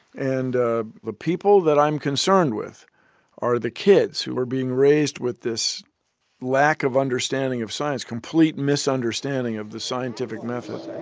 and ah the people that i'm concerned with are the kids who are being raised with this lack of understanding of science complete misunderstanding of the scientific method